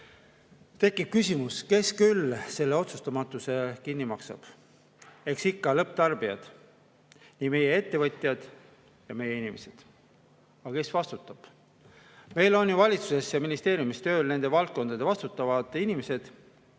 Tekib küsimus, kes küll selle otsustamatuse kinni maksab. Eks ikka lõpptarbijad. Nii meie ettevõtjad kui ka meie inimesed. Aga kes vastutab? Meil on ju valitsuses ja ministeeriumis tööl nende valdkondade vastutavad inimesed,